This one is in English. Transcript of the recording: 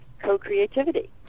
co-creativity